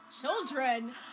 Children